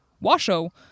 Washoe